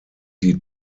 die